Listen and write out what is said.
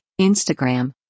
Instagram